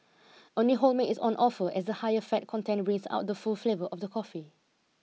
only whole milk is on offer as the higher fat content brings out the full flavour of the coffee